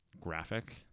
graphic